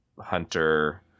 hunter